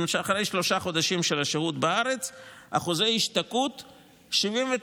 כלומר אחרי שלושה חודשים של השהות בארץ אחוזי ההשתקעות הם 79%,